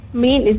main